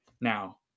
now